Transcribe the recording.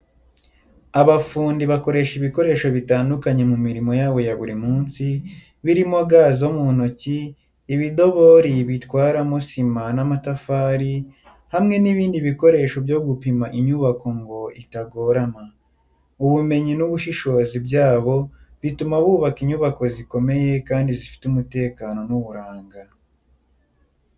Abafundi bakoresha ibikoresho bitandukanye mu mirimo yabo ya buri munsi, birimo ga zo mu ntoki, ibidobori bitwarwamo sima n’amatafari, hamwe n’ibindi bikoresho byo gupima inyubako ngo itagorama. Ubumenyi n’ubushishozi byabo bituma bubaka inyubako zikomeye kandi zifite umutekano n’uburanga.